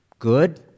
Good